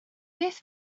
beth